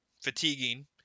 fatiguing